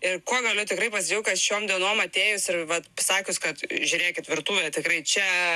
ir kuo galiu tikrai pasidžiaugt kad šiom dienom atėjus ir vat pasakius kad žiūrėkit virtuvė tikrai čia